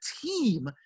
team